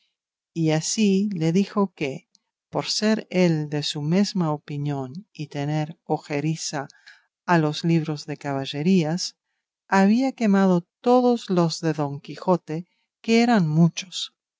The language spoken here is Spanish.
y así le dijo que por ser él de su mesma opinión y tener ojeriza a los libros de caballerías había quemado todos los de don quijote que eran muchos